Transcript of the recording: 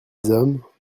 hommes